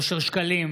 אושר שקלים,